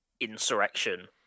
Insurrection